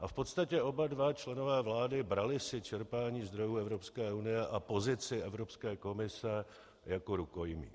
A v podstatě oba dva členové vlády brali si čerpání zdrojů Evropské unie a pozici Evropské komise jako rukojmí.